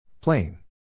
Plain